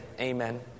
amen